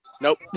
Nope